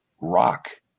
rock